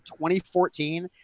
2014